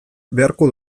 beharko